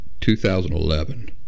2011